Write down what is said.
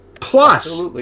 plus